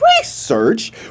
research